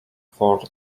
for